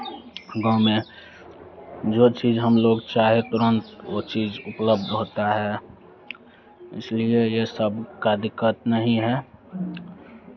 गाँव में जो चीज़ हम लोग चाहे तुरंत वो चीज़ उपलब्ध होता है इसलिए ये सब का दिक्कत नहीं है